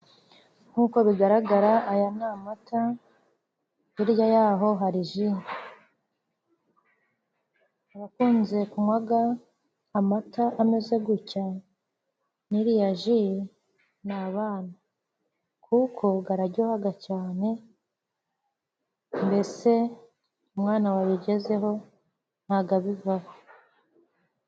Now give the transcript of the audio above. Nkuko bigaragara aya ni amata, hirya yaho hari Ji, abakunze kunywa aya mata ameze gutya n'iriya Ji ni abana, kuko araryoha cyane, mbese umwana wabigezeho ntabwo abivaho.